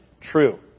true